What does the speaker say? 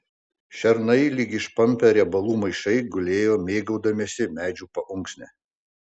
šernai lyg išpampę riebalų maišai gulėjo mėgaudamiesi medžių paunksne